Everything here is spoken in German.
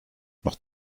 noch